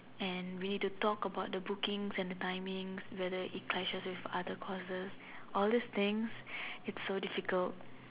and we need to talk about the bookings and the timings whether it clashes with other courses all these things it's so difficult